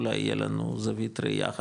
אולי יהיה לנו זווית ראייה,